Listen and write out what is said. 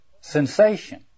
Sensation